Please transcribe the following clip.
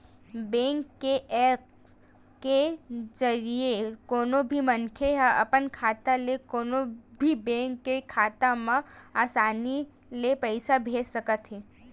bank के apps के जरिए कोनो भी मनखे ह अपन खाता ले कोनो भी बेंक के खाता म असानी ले पइसा भेज सकत हे